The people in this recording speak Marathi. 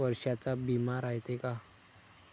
वर्षाचा बिमा रायते का?